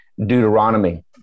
Deuteronomy